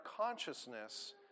consciousness